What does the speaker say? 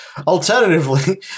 Alternatively